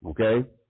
Okay